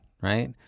right